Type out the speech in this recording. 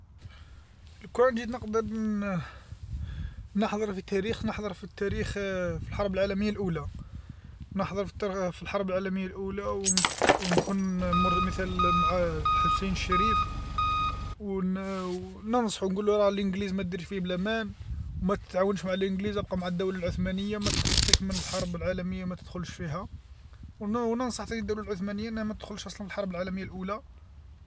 لوكان جيت نقدر ن- نحضر في تاريخ، نحضر في التاريخ الحرب العالميه الأولى، نحضر في الحرب العالميه الأولى و نك- نكون مور المثال مع حسين الشريف و ن-ننصحو راها الإنجليز ماديرش فيهم لامان و متتعاونش مع لإنجليز أبقى مع الدوله العثمانيه ما أخطيك مالحرب للعالميه متتدخلش فيها، و ننصح ثانيك الدوله العثمانيه متدخلش أصلا الحرب العالميه الأولى.